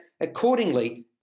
accordingly